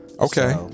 Okay